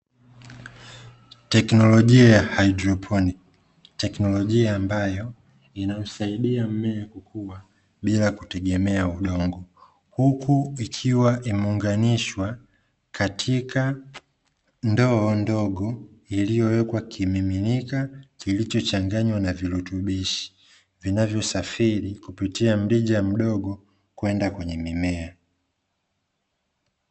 Teknolojia ya haidroponi. Teknolojia ambayo inausaidia mmea kukua bila kutegemea udongo, huku ikiwa imeunganishwa katika ndoo ndogo iliyowekwa kimiminika kilichochanganywa na virutubishi, vinavyosafiri kupitia mrija mdogo kwenda kwenye mimea.